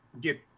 get